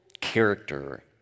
character